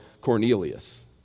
Cornelius